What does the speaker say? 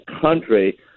country